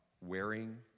wearing